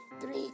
Three